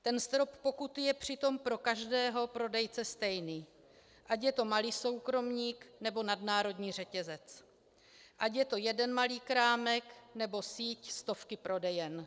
Ten strop pokuty je přitom pro každého prodejce stejný, ať je to malý soukromník, nebo nadnárodní řetězec, ať je to jeden malý krámek, nebo síť stovky prodejen.